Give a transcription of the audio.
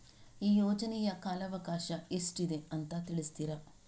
ಈ ಯೋಜನೆಯ ಕಾಲವಕಾಶ ಎಷ್ಟಿದೆ ಅಂತ ತಿಳಿಸ್ತೀರಾ?